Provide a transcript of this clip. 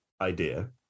idea